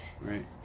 right